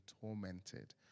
tormented